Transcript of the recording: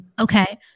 Okay